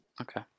Okay